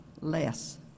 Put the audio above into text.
less